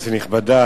כנסת נכבדה,